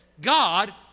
God